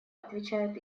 отвечает